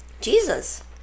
Jesus